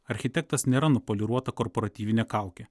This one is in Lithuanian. architektas nėra nupoliruota korporatyvinė kaukė